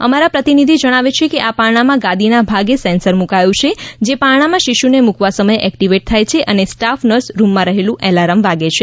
અમારા પ્રતિનિધિ જણાવે છે કે આ પારણામાં ગાદીના ભાગેની છે સેન્સર મુકાયું છે જે પારણામાં શિશુને મુકવા સમયે એક્ટિવેટ થાય છે અને સ્ટાફ નર્સ રૂમમાં રહેલું અલાર્મ વાગે છે